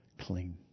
clean